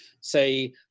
say